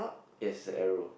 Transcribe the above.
yes a arrow